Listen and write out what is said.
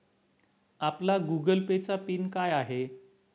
आपला Google Pay चा pin काय आहे?